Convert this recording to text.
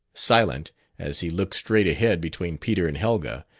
silent as he looked straight ahead between peter and helga,